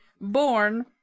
Born